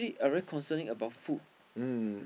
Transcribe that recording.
mm